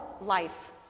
life